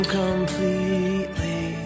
completely